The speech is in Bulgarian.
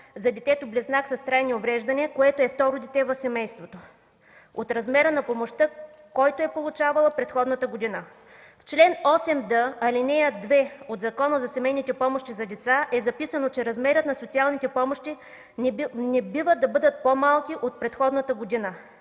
за детето-близнак с трайни увреждания, което е второ дете в семейството, от размера на помощта, който е получавала предходната година. В чл. 8д, ал. 2 от Закона за семейните помощи за деца е записано, че размерите на социалните помощи не бива да бъдат по-малки от предходната година.